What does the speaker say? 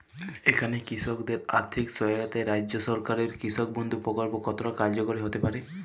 এখানে কৃষকদের আর্থিক সহায়তায় রাজ্য সরকারের কৃষক বন্ধু প্রক্ল্প কতটা কার্যকরী হতে পারে?